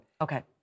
Okay